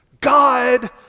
god